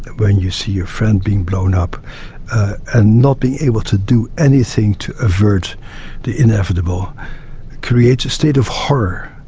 when you see your friend being blown up and not being able to do anything to avert the inevitable creates a state of horror.